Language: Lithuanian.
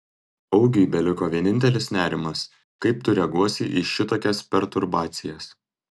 augiui beliko vienintelis nerimas kaip tu reaguosi į šitokias perturbacijas